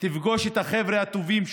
תפגוש את החבר'ה הטובים שלנו,